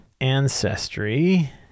ancestry